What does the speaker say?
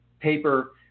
paper